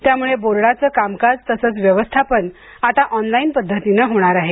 त्यामुळे बोर्डाचे कामकाज तसंच व्यवस्थापन आता ऑनलाइनपद्धतीने होणार आहे